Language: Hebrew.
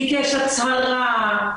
ביקש הצהרה,